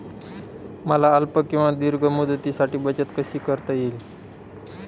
मला अल्प किंवा दीर्घ मुदतीसाठी बचत कशी करता येईल?